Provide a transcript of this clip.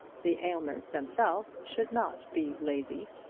the aylmers themselves should not be lazy,